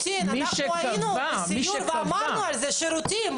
היינו בסיור ואמרנו שצריכים להיות שם שירותים.